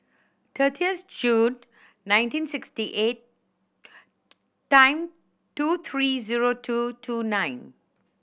thirtieth June nineteen sixty eight ten two three zero two two nine